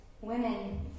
women